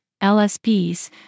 LSPs